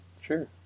Sure